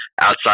outside